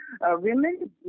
Women